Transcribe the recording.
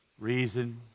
reason